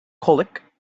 colic